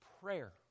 prayer